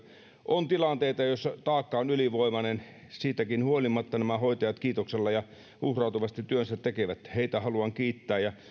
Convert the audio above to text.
on tilanteita joissa taakka on ylivoimainen siitäkin huolimatta nämä hoitajat kiitoksella ja uhrautuvasti työnsä tekevät heitä haluan kiittää ja